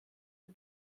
who